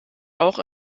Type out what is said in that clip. auch